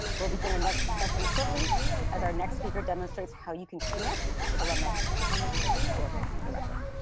we'll begin our next session shortly as our next speaker demonstrates how you can connect with alumni on the trojan network directly